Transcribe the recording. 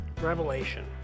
Revelation